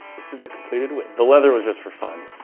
this is the completed whip. the leather was just for fun.